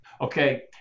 Okay